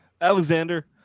Alexander